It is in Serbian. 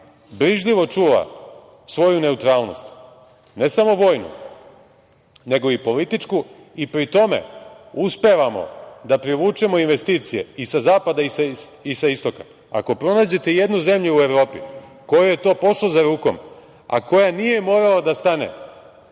brižljivo čuva svoju neutralnost, ne samo vojnu, nego i političku, i pri tome uspevamo da privučemo investicije i sa zapada i sa istoka. Ako pronađete jednu zemlju u Evropi kojoj je to pošlo za rukom, a koja nije morala da stane